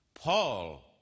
Paul